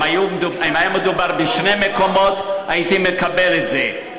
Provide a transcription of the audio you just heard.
אם היה מדובר בשני מקומות, הייתי מקבל את זה.